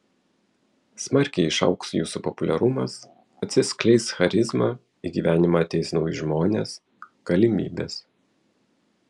smarkiai išaugs jūsų populiarumas atsiskleis charizma į gyvenimą ateis nauji žmonės galimybės